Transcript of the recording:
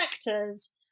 sectors